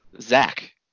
Zach